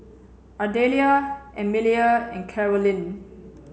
Ardelia Emelia and Carolyne